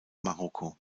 marokko